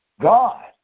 God